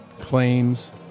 claims